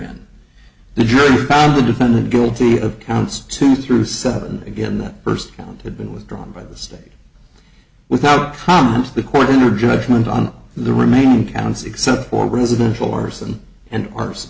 in the jury found the defendant guilty of counts two through seven again that first count had been withdrawn by the state without comments the coroner judgement on the remaining towns except for residential arson and